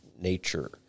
nature